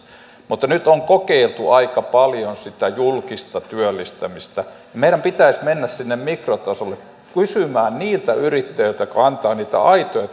mutta nyt on kokeiltu aika paljon sitä julkista työllistämistä meidän pitäisi mennä sinne mikrotasolle kysymään niiltä yrittäjiltä jotka antavat niitä aitoja